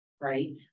right